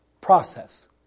process